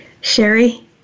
Sherry